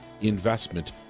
investment